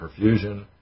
perfusion